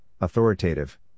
authoritative